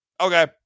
Okay